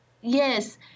Yes